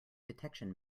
detection